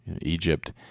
Egypt